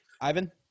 Ivan